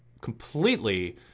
completely